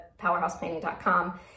powerhouseplanning.com